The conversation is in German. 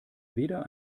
weder